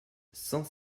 cent